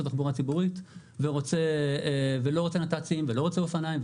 תחבורה ציבורית ולא רוצה נת"צ ולא רוצה אופניים,